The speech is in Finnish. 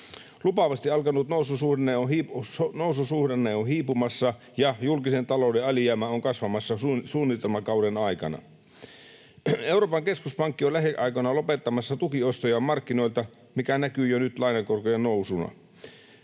Lupaavasti alkanut noususuhdanne on hiipumassa, ja julkisen talouden alijäämä on kasvamassa suunnitelmakauden aikana. Euroopan keskuspankki on lähiaikoina lopettamassa tukiostoja markkinoilta, mikä näkyy jo nyt lainan korkojen nousuna.